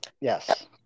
yes